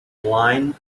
line